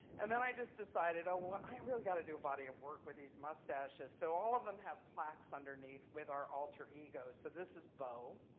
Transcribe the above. and then, i just decided ah well ah i really got to do a body of work with these mustaches. so all of them have plaques underneath with our alter ego. so this is bo.